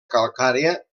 calcària